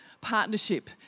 partnership